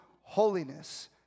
holiness